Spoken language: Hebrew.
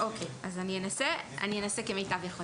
אז אני אנסה כמיטב יכולתי.